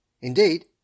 Indeed